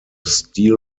steel